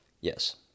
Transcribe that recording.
Yes